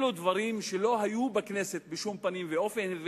אלה דברים שלא היו בכנסת בשום פנים ואופן,